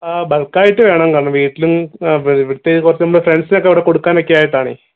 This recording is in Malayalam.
ആ ബൾക്ക് ആയിട്ട് വേണം കാരണം വീട്ടിലും ഇവിടുത്തെ കുറച്ച് പോകുമ്പേ ഫ്രണ്ട്സിനൊക്കെ അവിടെ കൊടുക്കാനായിട്ടൊക്കെയാണെ